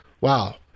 Wow